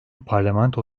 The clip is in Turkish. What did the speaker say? parlamento